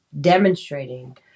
demonstrating